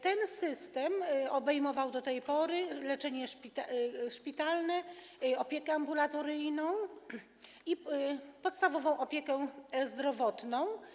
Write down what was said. Ten system obejmował do tej pory leczenie szpitalne, opiekę ambulatoryjną i podstawową opiekę zdrowotną.